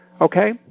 Okay